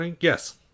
Yes